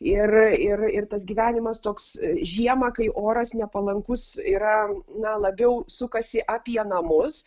ir ir ir tas gyvenimas toks žiemą kai oras nepalankus yra na labiau sukasi apie namus